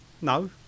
No